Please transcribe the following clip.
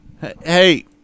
Hey